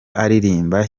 aririmba